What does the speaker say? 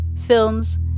films